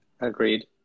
Agreed